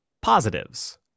Positives